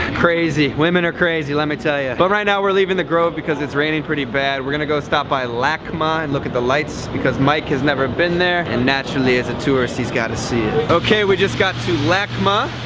crazy! woman are crazy let me tell ya but right now were leaving the grove because it's raining pretty bad were gonna stop by lacma and look at the lights because mike has never been there and naturally as a tourist he's gotta see it okay we just got to lacma